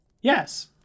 Yes